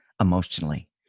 emotionally